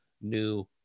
new